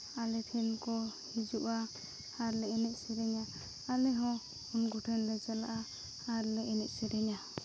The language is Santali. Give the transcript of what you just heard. ᱟᱞᱮ ᱴᱷᱮᱱ ᱠᱚ ᱦᱤᱡᱩᱜᱼᱟ ᱟᱨᱞᱮ ᱮᱱᱮᱡ ᱥᱮᱨᱮᱧᱟ ᱟᱞᱮ ᱦᱚᱸ ᱩᱱᱠᱩ ᱴᱷᱮᱱ ᱞᱮ ᱪᱟᱞᱟᱜᱼᱟ ᱟᱨᱞᱮ ᱮᱱᱮᱡ ᱥᱮᱨᱮᱧᱟ